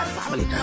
family